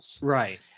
Right